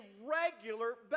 regular